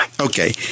Okay